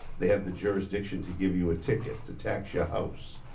they have the jurisdiction to give you a ticket, to tax your house.